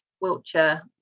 Wiltshire